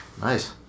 Nice